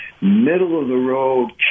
middle-of-the-road